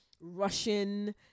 Russian